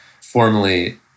formally